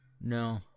no